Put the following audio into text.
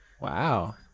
Wow